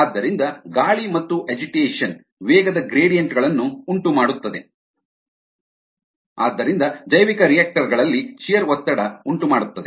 ಆದ್ದರಿಂದ ಗಾಳಿ ಮತ್ತು ಅಜಿಟೇಷನ್ ವೇಗದ ಗ್ರೇಡಿಯಂಟ್ ಗಳನ್ನು ಉಂಟುಮಾಡುತ್ತದೆ ಆದ್ದರಿಂದ ಜೈವಿಕರಿಯಾಕ್ಟರ್ ಗಳಲ್ಲಿ ಶಿಯರ್ ಒತ್ತಡ ಉಂಟುಮಾಡುತ್ತದೆ